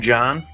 John